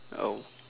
oh